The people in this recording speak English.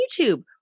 YouTube